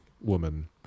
woman